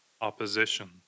opposition